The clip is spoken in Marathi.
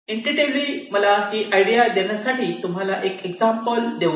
इंट्यूटीव्हली मला ही आयडिया देण्यासाठी तुम्हाला एक एक्झाम्पल देऊ दे